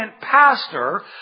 pastor